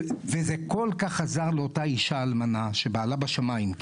וזה כל כך עזר לאותה אישה אלמנה שבעלה בשמיים.